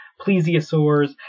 plesiosaurs